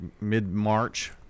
mid-March